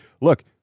look